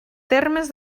termes